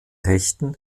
rechten